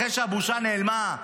אחרי שהבושה נעלמה,